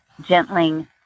gentling